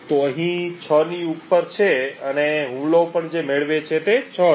આ અહીં 6 ની ઉપર છે અને હુમલો પણ જે મેળવે છે તે 6 છે